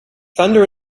thunder